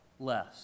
less